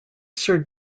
sir